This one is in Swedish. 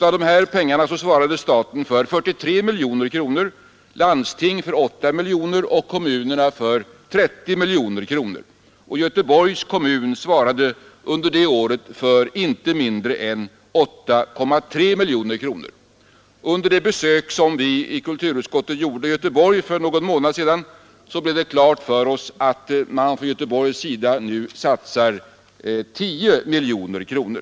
Av dessa pengar svarade staten för 43 miljoner kronor, landsting för 8 miljoner kronor och kommuner för 30 miljoner kronor. Göteborgs kommun svarade detta år för inte mindre än 8,3 miljoner kronor. Under det besök som vi i för oss att man från Göteborgs sida nu satsar 10 miljoner kronor.